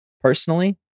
personally